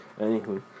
Anywho